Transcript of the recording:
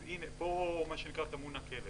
אז פה מה שנקרא טמון הכלב.